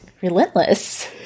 relentless